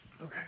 Okay